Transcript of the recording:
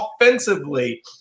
offensively